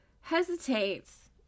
hesitates